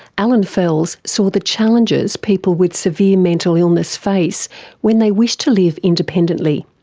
allan fels saw the challenges people with severe mental illness face when they wish to live independently.